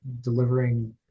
delivering